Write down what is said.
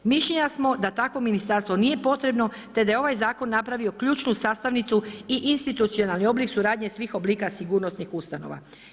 Mišljenja smo da takvo ministarstvo nije potrebno, te da je ovaj zakon napravio ključnu sastavnicu i institucionalni oblik suradnje svih oblika sigurnosnih ustanova.